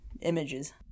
images